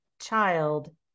child